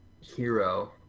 hero